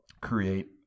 create